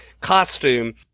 costume